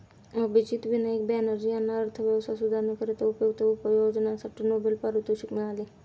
अभिजित विनायक बॅनर्जी यांना अर्थव्यवस्था सुधारण्याकरिता उपयुक्त उपाययोजनांसाठी नोबेल पारितोषिक मिळाले